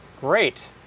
Great